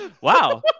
wow